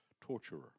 Torturer